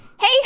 hey